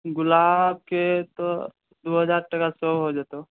गुलाबके तऽ दू हजार टाकामे भए जेतौ